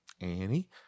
Annie